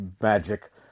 Magic